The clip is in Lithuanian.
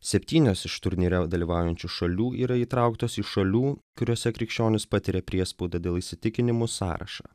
septynios iš turnyre dalyvaujančių šalių yra įtrauktos į šalių kuriose krikščionys patiria priespaudą dėl įsitikinimų sąrašą